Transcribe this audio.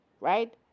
right